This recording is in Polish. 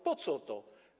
Po co to?